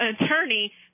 attorney